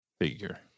figure